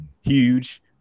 huge